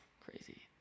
crazy